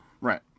Right